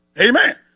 Amen